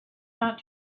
not